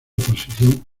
posición